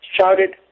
shouted